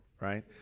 right